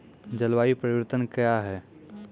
जलवायु परिवर्तन कया हैं?